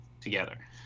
together